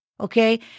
okay